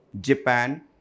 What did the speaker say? Japan